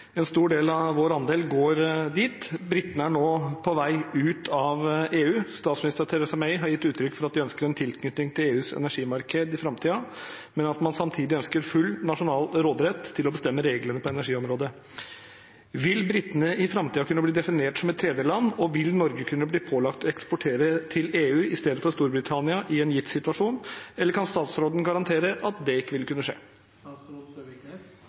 En stor del av vår andel går dit. Britene er nå på vei ut av EU. Statsminister Theresa May har gitt uttrykk for at de ønsker en tilknytning til EUs energimarked i framtiden, men at man samtidig ønsker full nasjonal råderett til å bestemme reglene på energiområdet. Vil britene i framtiden kunne bli definert som et tredjeland, og vil Norge kunne bli pålagt å eksportere til EU i stedet for til Storbritannia i en gitt situasjon, eller kan statsråden garantere at det ikke vil kunne skje?